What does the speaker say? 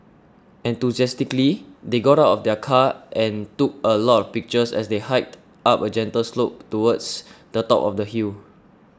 enthusiastically they got out of their car and took a lot of pictures as they hiked up a gentle slope towards the top of the hill